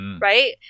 right